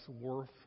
worth